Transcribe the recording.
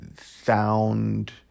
sound